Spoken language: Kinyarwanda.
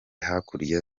hakurya